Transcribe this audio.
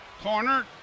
corner